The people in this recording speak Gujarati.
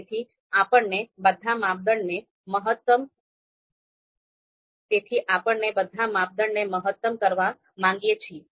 તેથી આપણે બધા માપદંડને મહત્તમ કરવા માંગીએ છીએ